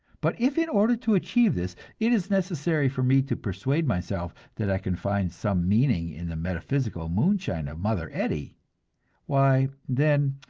but if in order to achieve this, it is necessary for me to persuade myself that i can find some meaning in the metaphysical moonshine of mother eddy why, then,